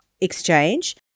exchange